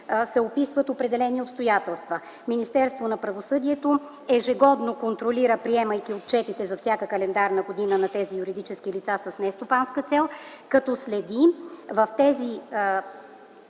се описват определени обстоятелства. Министерството на правосъдието ежегодно контролира, приемайки отчетите за всяка календарна година на тези юридически лица с нестопанска цел, като следи в тези